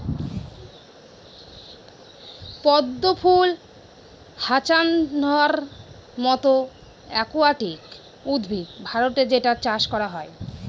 পদ্ম ফুল হ্যাছান্থর মতো একুয়াটিক উদ্ভিদ ভারতে যেটার চাষ করা হয়